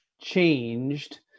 changed